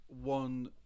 one